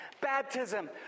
Baptism